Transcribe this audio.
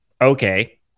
okay